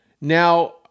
Now